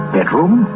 Bedroom